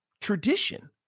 tradition